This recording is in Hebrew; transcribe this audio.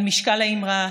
על משקל האמרה: